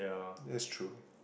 that's true